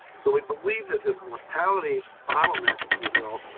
so we believe that this mortality bottleneck, if you will,